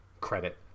credit